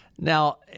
Now